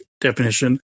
definition